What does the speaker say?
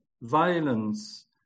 violence